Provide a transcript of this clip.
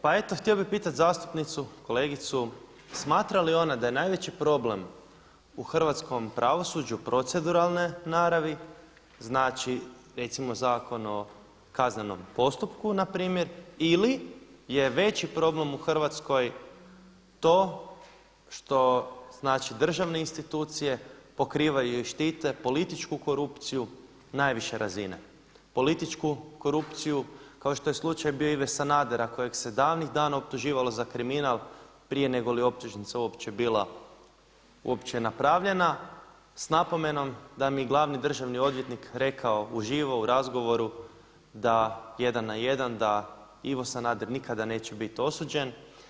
Pa eto, htio bih pitati zastupnicu, kolegicu smatra li ona da je najveći problem u hrvatskom pravosuđu proceduralne naravi, znači recimo Zakon o kaznenom postupku na primjer ili je veći problem u Hrvatskoj to što, znači državne institucije pokrivaju i štite političku korupciju najviše razine, političku korupciju kao što je slučaj bio Ive Sanadera kojeg se davnih dana optuživalo za kriminal prije negoli optužnica uopće bila napravljena s napomenom da mi je glavni državni odvjetnik rekao u živo u razgovoru jedan na jedan, da Ivo Sanader nikada neće bit osuđen.